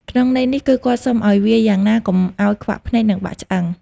ក្នុងន័យនេះគឺគាត់សុំឲ្យវាយយ៉ាងណាកុំឲ្យខ្វាក់ភ្នែក និងបាក់ឆ្អឹង ។